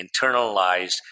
internalized